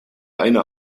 eine